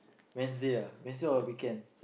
Wednesday ah Wednesday or weekend